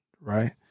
right